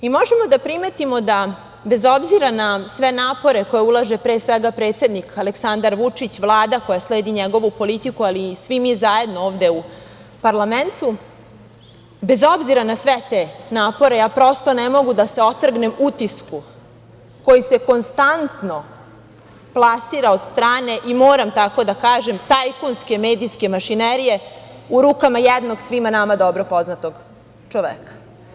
Možemo da primetimo da bez obzira na sve napore koje ulaže, pre svega predsednik Aleksandar Vučić, Vlada koja sledi njegovu politiku, ali i svi mi zajedno ovde u parlamentu, bez obzira na sve te napore ja prosto ne mogu da se otrgnem utisku koji se konstantno plasira od strane, i moram tako da kažem, tajkunske medijske mašinerije, u rukama jednog svima nama dobro poznatog čoveka.